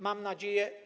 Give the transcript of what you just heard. Mam nadzieję.